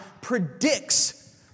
predicts